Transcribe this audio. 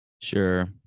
Sure